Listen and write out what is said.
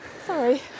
Sorry